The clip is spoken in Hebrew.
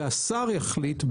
והשר יחליט,